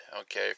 Okay